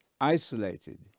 isolated